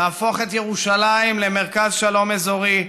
להפוך את ירושלים למרכז שלום אזורי,